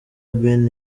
ben